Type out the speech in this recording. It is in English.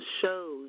shows